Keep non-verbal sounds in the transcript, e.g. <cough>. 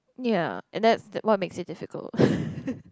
ya and that's what makes it difficult <laughs>